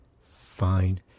fine